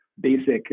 basic